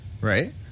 Right